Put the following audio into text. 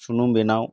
ᱥᱩᱱᱩᱢ ᱵᱮᱱᱟᱣ